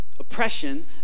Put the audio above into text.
oppression